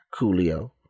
Coolio